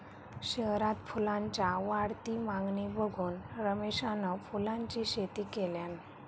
शहरात फुलांच्या वाढती मागणी बघून रमेशान फुलांची शेती केल्यान